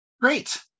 Great